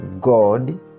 God